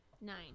Nine